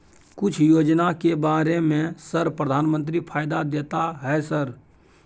कुछ योजना के बारे में सर प्रधानमंत्री फायदा देता है सर?